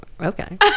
okay